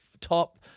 top